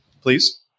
Please